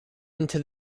into